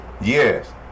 Yes